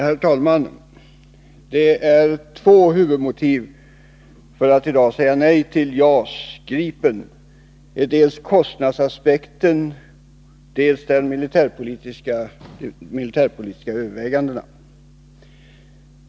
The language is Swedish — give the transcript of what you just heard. Herr talman! Det finns två huvudmotiv för att i dag säga nej till JAS 39 Gripen: dels kostnadsaspekten, dels de militärpolitiska övervägandena.